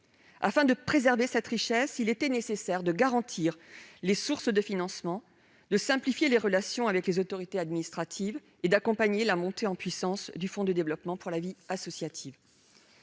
Afin de préserver cette richesse, il était nécessaire de garantir les sources de financement, de simplifier les relations avec les autorités administratives et d'accompagner la montée en puissance du Fonds de développement pour la vie associative.